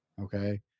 Okay